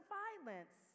violence